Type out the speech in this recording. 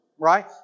right